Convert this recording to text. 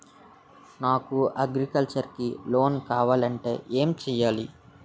నాకు అగ్రికల్చర్ కి లోన్ కావాలంటే ఏం చేయాలి?